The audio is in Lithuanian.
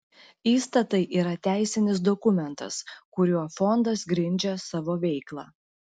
įstatai yra teisinis dokumentas kuriuo fondas grindžia savo veiklą